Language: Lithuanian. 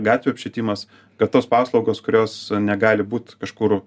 gatvių apšvietimas kad tos paslaugos kurios negali būt kažkur